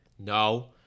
No